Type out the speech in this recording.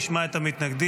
נשמע את המתנגדים.